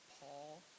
Paul